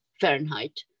Fahrenheit